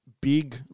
big